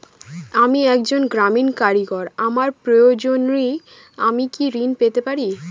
আমি একজন গ্রামীণ কারিগর আমার প্রয়োজনৃ আমি কি ঋণ পেতে পারি?